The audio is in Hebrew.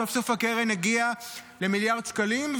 סוף-סוף הקרן הגיעה למיליארד שקלים,